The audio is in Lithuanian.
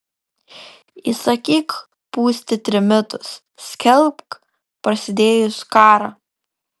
įsakyk pūsti trimitus skelbk prasidėjus karą